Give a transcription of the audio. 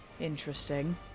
interesting